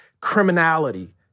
criminality